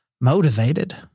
motivated